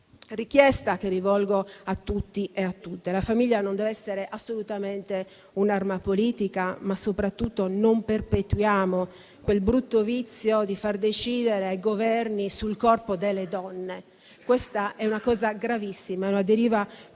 richiesta che rivolgo a tutti e a tutte: la famiglia non deve essere assolutamente un'arma politica, ma soprattutto non perpetuiamo quel brutto vizio di far decidere ai Governi sul corpo delle donne. Questa è una cosa gravissima, è una deriva pericolosissima.